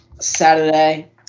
Saturday